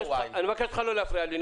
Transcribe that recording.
ולאיפה נסע Y. אני מבקש ממך לא להפריע לי.